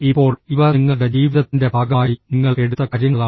ഇപ്പോൾ ഇവ നിങ്ങളുടെ ജീവിതത്തിന്റെ ഭാഗമായി നിങ്ങൾ എടുത്ത കാര്യങ്ങളാണ്